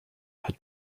had